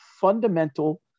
fundamental